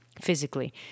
physically